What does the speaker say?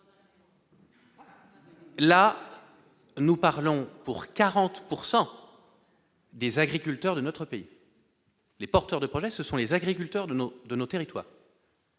Là nous parlons pour 40 pourcent des agriculteurs de notre pays. Les porteurs de projets, ce sont les agriculteurs de nos, de nos territoires.